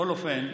בכל אופן,